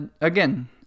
again